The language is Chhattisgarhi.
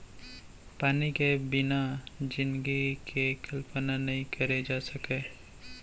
पानी के बिना जिनगी के कल्पना नइ करे जा सकय